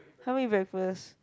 haven't eat breakfast